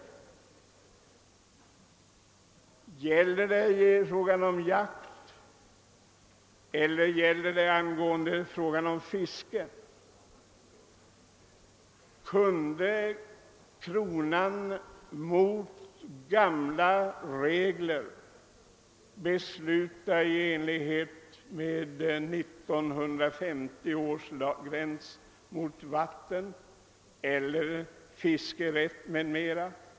Gäller den i fråga om jakt, gäller den i fråga om fiske? Kunde kronan mot gamla regler besluta i enlighet med 1950 års lag om gräns mot vatten eller om fiskerätt m.m.?